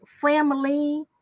family